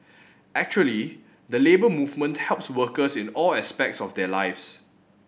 actually the Labour Movement helps workers in all aspects of their lives